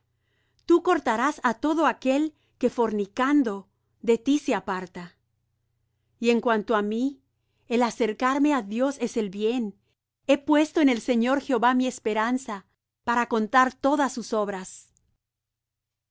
tú cortarás á todo aquel que fornicando de ti se aparta y en cuanto á mí el acercarme á dios es el bien he puesto en el señor jehová mi esperanza para contar todas tus obras